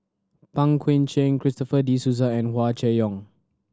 Pang Guek Cheng Christopher De Souza and Hua Chai Yong